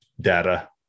data